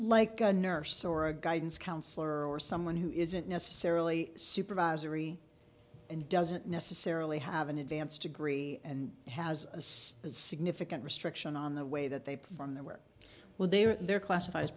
like a nurse or a guidance counselor or someone who isn't necessarily supervisory and doesn't necessarily have an advanced degree and has a specific and restriction on the way that they perform their work when they're classifie